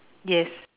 yes